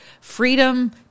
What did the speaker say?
Freedom